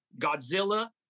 Godzilla